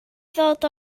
ddod